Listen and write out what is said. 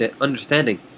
understanding